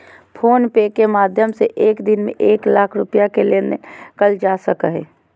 phone पे के माध्यम से एक दिन में एक लाख रुपया के लेन देन करल जा सको हय